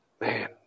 man